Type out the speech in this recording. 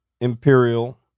imperial